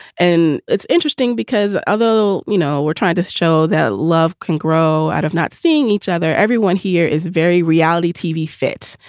and it's interesting because although, you know, we're trying to show that love can grow out of not seeing each other. everyone here is very reality tv fits,